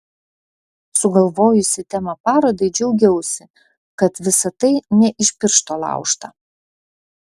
sugalvojusi temą parodai džiaugiausi kad visa tai ne iš piršto laužta